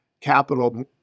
capital